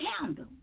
candle